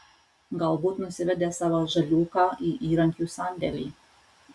galbūt nusivedė savo žaliūką į įrankių sandėlį